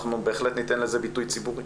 אנחנו בהחלט ניתן לזה ביטוי ציבורי.